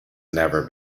never